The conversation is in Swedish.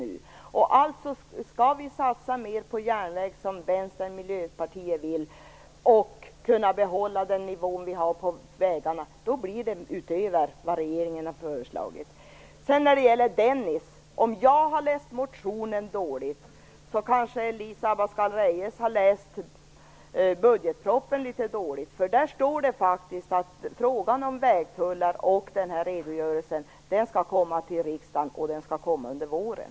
Skall vi satsa mer på järnvägar, som Vänstern och Miljöpartiet vill, och behålla nivån på vägarna, går vi utöver vad regeringen har föreslagit. Vad sedan gäller Dennispaketet vill jag säga: Om jag har läst motionen dåligt, har kanske Elisa Abascal Reyes läst budgetpropositionen litet dåligt. Där står det faktiskt att frågan om vägtullar och den aktuella redogörelsen skall komma till riksdagen under våren.